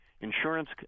Insurance